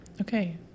Okay